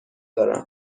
دارم